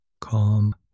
Calm